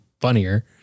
funnier